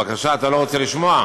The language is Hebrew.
בבקשה, אתה לא רוצה לשמוע?